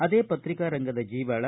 ಅದೇ ಪತ್ರಿಕಾರಂಗದ ಜೀವಾಳ